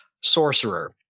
sorcerer